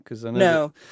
No